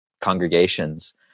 congregations